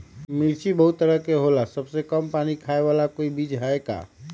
मिर्ची बहुत तरह के होला सबसे कम पानी खाए वाला कोई बीज है का?